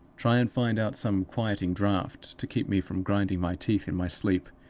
try and find out some quieting draught to keep me from grinding my teeth in my sleep.